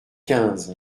quinze